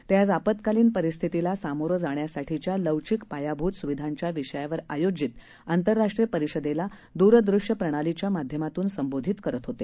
ते आज आपत्कालीन परिस्थितीला सामोरं जाण्यासाठीच्या लवचिक पायाभूत सुविधांच्या विषयावर आयोजित आंतरराष्ट्रीय परिषदेला दूरदृश्य प्रणालीच्या माध्यमातून संबोधित करत होते